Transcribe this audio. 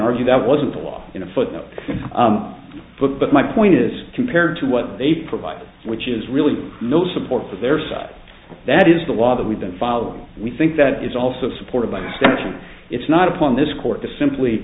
argue that wasn't the law in a footnote but but my point is compared to what they provide which is really no support for their side that is the law that we've been following we think that is also supported by inspection it's not upon this court to simply